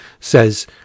says